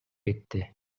кетти